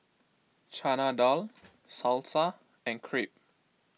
Chana Dal Salsa and Crepe